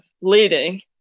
leading